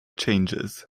changes